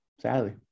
Sadly